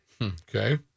Okay